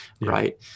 right